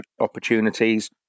opportunities